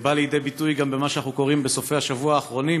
בא לידי ביטוי גם במה שאנחנו קוראים בסופי-השבוע האחרונים,